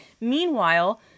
Meanwhile